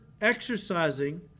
exercising